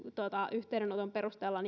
yhteydenoton perusteella